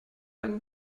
einen